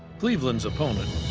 cleveland's opponent,